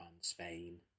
Spain